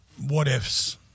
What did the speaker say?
what-ifs